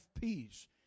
peace